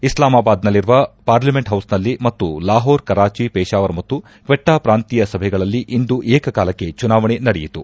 ಇಸ್ಲಾಮಾಬಾದ್ನಲ್ಲಿರುವ parliament ಹೌಸ್ನಲ್ಲಿ ಮತ್ತು ಲಾಹೋರ್ ಕರಾಚಿ ಪೆಷಾವರ್ ಮತ್ತು ಕ್ಷೆಟ್ಟಾ ಪ್ರಾಂತೀಯ ಸಭೆಗಳಲ್ಲಿ ಇಂದು ಏಕಕಾಲಕ್ಕೆ ಚುನಾವಣೆ ನಡೆಯಿತು